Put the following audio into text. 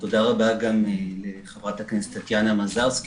תודה רבה גם לחברת הכנסת טטיאנה מזרסקי